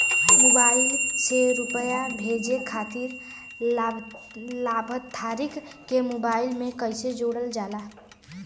Mobile से रूपया भेजे खातिर लाभार्थी के मोबाइल मे कईसे जोड़ल जाला?